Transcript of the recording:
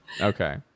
Okay